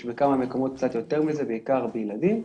יש בכמה מקומות קצת יותר מזה, בעיקר בילדים,